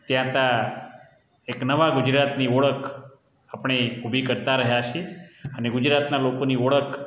ત્યાં તા એક નવા ગુજરાતની ઓળખ આપણે ઊભી કરતા રહ્યા છીએ અને ગુજરાતનાં લોકોની ઓળખ